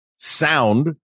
Sound